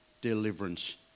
deliverance